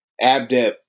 Abdep